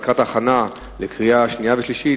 לקראת הכנתה לקריאה שנייה וקריאה שלישית,